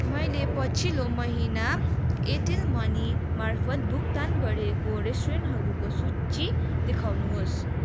मैले पछिल्लो महिना एयरटेल मनी मार्फत भुक्तान गरेको रेस्टुरेन्टहरूको सूची देखाउनुहोस्